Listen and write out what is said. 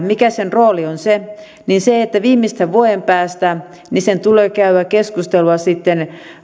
mikä tämän seurantaryhmän rooli on viimeistään vuoden päästä sen tulee käydä keskustelua sitten